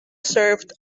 served